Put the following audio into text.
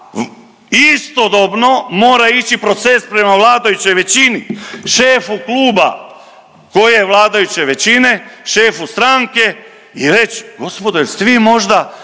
istodobno mora ići proces prema vladajućoj većini, šefu kluba koje vladajuće većine, šefu stranke i reći gospodo jeste li vi možda